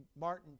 Martin